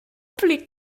pli